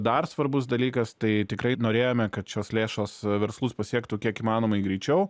dar svarbus dalykas tai tikrai norėjome kad šios lėšos verslus pasiektų kiek įmanomai greičiau